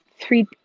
three